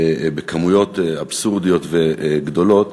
בכמויות אבסורדיות וגדולות,